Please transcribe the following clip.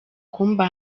kumba